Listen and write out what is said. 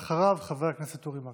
אחריו, חבר הכנסת אורי מקלב.